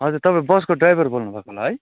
हजुर तपाईँ बसको ड्राइभर बोल्नु भएको होला है